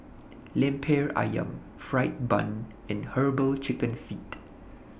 Lemper Ayam Fried Bun and Herbal Chicken Feet